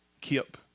Kip